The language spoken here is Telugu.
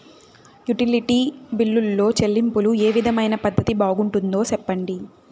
యుటిలిటీ బిల్లులో చెల్లింపులో ఏ విధమైన పద్దతి బాగుంటుందో సెప్పండి?